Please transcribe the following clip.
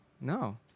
no